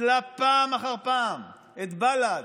פסלה פעם אחר פעם את בל"ד,